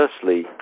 Firstly